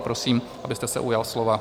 Prosím, abyste se ujal slova.